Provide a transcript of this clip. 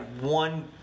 one